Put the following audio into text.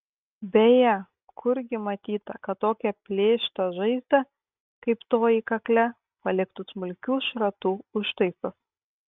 beje kurgi matyta kad tokią plėštą žaizdą kaip toji kakle paliktų smulkių šratų užtaisas